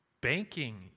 banking